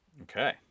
Okay